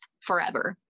forever